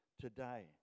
today